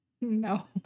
No